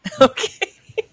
okay